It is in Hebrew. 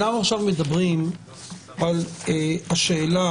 אנחנו עכשיו מדברים על השאלה